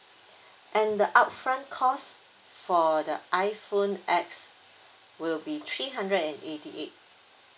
and the upfront cost for the iPhone X will be three hundred and eighty eight